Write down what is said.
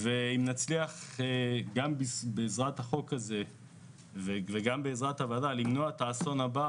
אם נצליח בעזרת החוק הנדון ובעזרת הוועדה למנוע את האסון הבא